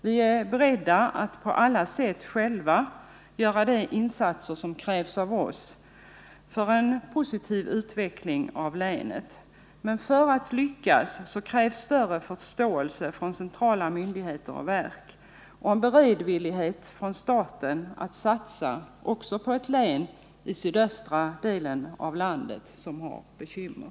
Vi är beredda att på alla sätt själva göra de insatser som krävs av oss för en positiv utveckling av länet. Men för att lyckas krävs större förståelse från centrala myndigheter och verk och en beredvillighet från staten att satsa också på ett län i sydöstra delen av landet som har bekymmer.